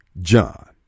John